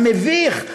המביך,